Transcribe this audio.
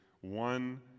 one